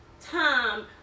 time